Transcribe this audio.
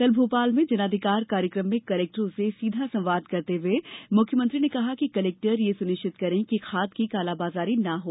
कल भोपाल में जनाधिकार कार्यक्रम में कलेक्टरों से सीधा संवाद करते हुए मुख्यमंत्री ने कहा कि कलेक्टर यह सुनिश्चित करें कि खाद की कालाबाजारी न हो